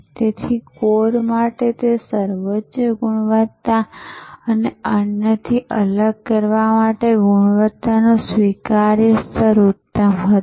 તેથી કોર માટે સર્વોચ્ચ ગુણવત્તા અને અન્યથી અલગ કરવા માટે ગુણવત્તાનું સ્વીકાર્ય સ્તર ઉત્તમ હતુ